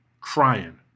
crying